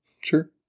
sure